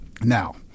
now